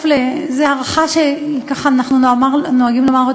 וזו הערכה שאנחנו נוהגים לומר,